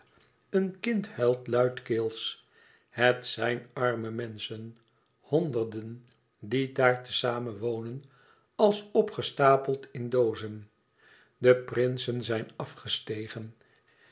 een kind huilt luidkeels het zijn arme menschen honderden die daar te-zamen wonen als opgestapeld in doozen de prinsen zijn afgestegen